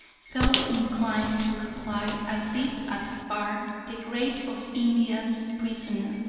felt inclined to reply, as did akhbar the great of india's prisoner,